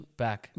back